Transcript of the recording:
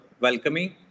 welcoming